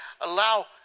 allow